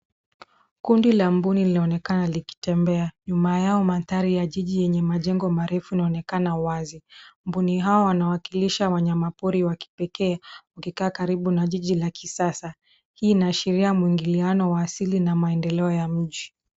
Kundi la mbuni linaonekana likitembea. Nyuma yao mandhari ya jiji yenye majengo marefu inaonekana wazi. Mbuni hawa wanawakilisha wanyamapori wa kipekee, wakikaa karibu na jiji la kisasa. Hii inaashiria mwingiliano wa asili na maendeleo ya nchi.